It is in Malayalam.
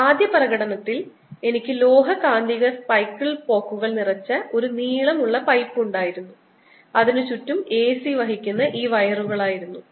ആദ്യ പ്രകടനത്തിൽ എനിക്ക് ലോഹ കാന്തിക സൈക്കിൾ സ്പോക്കുകൾ നിറച്ച ഒരു നീളമുള്ള പൈപ്പ് ഉണ്ടായിരുന്നു അതിനു ചുറ്റും AC വഹിക്കുന്ന ഈ വയറുകൾ ആയിരുന്നു